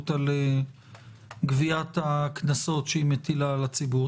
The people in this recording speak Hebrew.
על גביית הקנסות שהיא מטילה על הציבור.